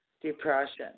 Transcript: depression